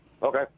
Okay